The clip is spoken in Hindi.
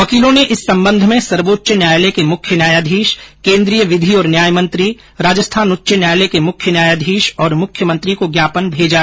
वकीलों ने इस संबंध में सर्वोच्च न्यायालय के मुख्य न्यायाधीश केंद्रीय विधि एवं न्याय मंत्री राजस्थान उच्च न्यायालय के मुख्य न्यायाधीश तथ्य मुख्यमंत्री को ज्ञापन भेजा